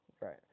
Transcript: right